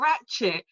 ratchet